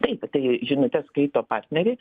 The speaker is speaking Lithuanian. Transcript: taip tai žinutes skaito partneriai